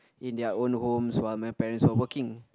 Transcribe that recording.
in their own homes while my parents were working